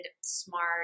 smart